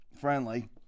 friendly